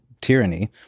tyranny